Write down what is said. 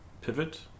pivot